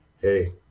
hey